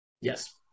Yes